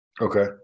Okay